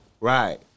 Right